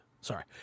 sorry